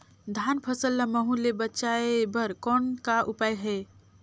धान फसल ल महू ले बचाय बर कौन का उपाय हे?